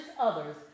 others